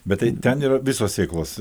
bet tai ten yra visos sėklos